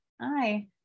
Hi